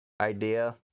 idea